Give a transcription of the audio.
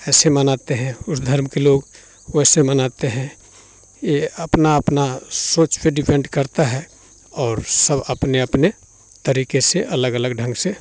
ऐसे मनाते हैं उस धर्म के लोग वैसे मनाते हैं ये अपना अपना सोच पे डिपेंड करता है और सब अपने अपने तरीके से अलग अलग ढंग से